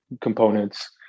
components